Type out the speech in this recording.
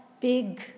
big